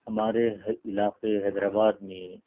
ہمارے علاقے حیدرآباد میں